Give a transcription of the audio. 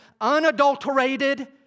unadulterated